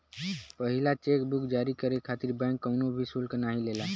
पहिला cheque book जारी करे खातिर बैंक कउनो भी शुल्क नाहीं लेला